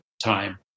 time